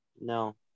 No